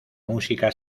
música